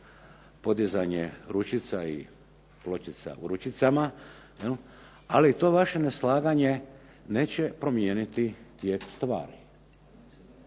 podizanje ručica i pločica u ručicama, ali to vaše neslaganje neće promijeniti tijek stvari.